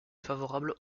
favorable